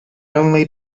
only